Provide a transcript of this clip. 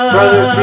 Brother